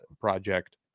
project